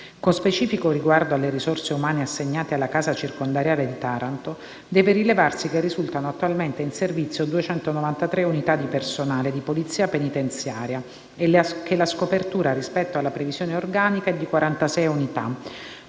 Con specifico riguardo alle risorse umane assegnate alla casa circondariale di Taranto, deve rilevarsi che risultano attualmente in servizio 293 unità di personale di polizia penitenziaria e che la scopertura rispetto alla previsione organica è di 46 unità,